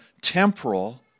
temporal